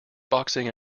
boxing